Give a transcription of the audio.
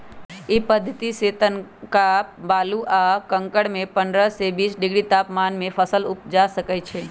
इ पद्धतिसे तनका बालू आ कंकरमें पंडह से बीस डिग्री तापमान में फसल उपजा सकइछि